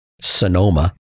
Sonoma